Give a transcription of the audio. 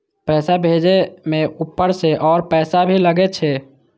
पैसा भेजे में ऊपर से और पैसा भी लगे छै?